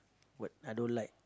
but I don't like